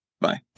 Bye